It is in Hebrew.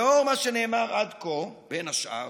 לאור מה שנאמר עד כה, בין השאר,